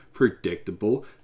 predictable